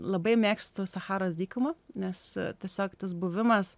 labai mėgstu sacharos dykumą nes tiesiog tas buvimas